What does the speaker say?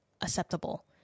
acceptable